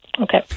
Okay